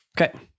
Okay